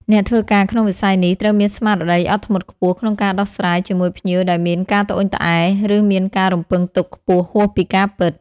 អ្នកធ្វើការក្នុងវិស័យនេះត្រូវមានស្មារតីអត់ធ្មត់ខ្ពស់ក្នុងការដោះស្រាយជាមួយភ្ញៀវដែលមានការត្អូញត្អែរ ឬមានការរំពឹងទុកខ្ពស់ហួសពីការពិត។